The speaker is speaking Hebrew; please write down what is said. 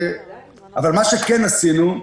אבל מה שכן עשינו,